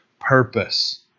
purpose